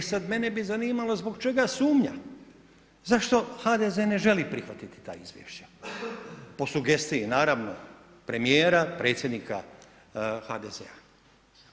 E sada mene bi zanimalo zbog čega sumnja, zašto HDZ ne želi prihvatiti ta izvješća, po sugestiji, naravno premijera, predsjednika HDZ-a.